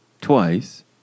twice